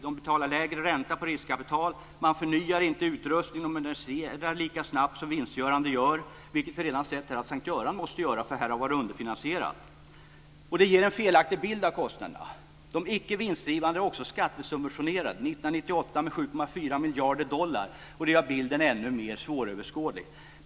De betalar lägre ränta på riskkapital. Man förnyar inte utrustningen och moderniserar inte lika snabbt som vinstdrivande sjukhus gör. Vi har ju redan sett att S:t Göran måste göra detta, eftersom det har varit underfinansierat. Det ger en felaktig bild av kostnaderna. De icke vinstdrivande sjukhusen är också skattesubventionerade - år 1998 med 7,4 miljarder dollar. Det gör bilden ännu mer svåröverskådlig.